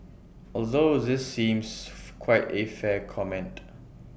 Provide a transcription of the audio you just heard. although this seems quite A fair comment